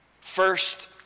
First